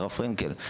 הרב פרנקל,